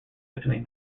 between